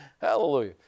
Hallelujah